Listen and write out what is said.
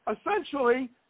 Essentially